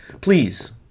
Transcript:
please